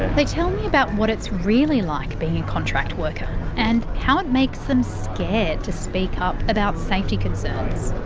they all tell me about what it's really like being a contract worker and how it makes them scared to speak up about safety concerns.